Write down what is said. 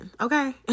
okay